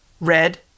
red